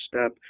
step